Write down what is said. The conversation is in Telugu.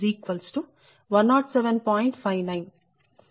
59